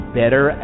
better